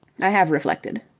i have reflected.